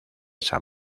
san